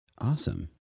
Awesome